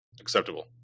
Acceptable